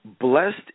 Blessed